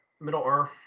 Middle-earth